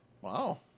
Wow